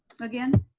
again.